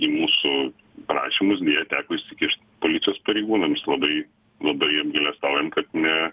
į mūsų prašymus deja teko įsikišt policijos pareigūnams labai labai apgailestaujam kad ne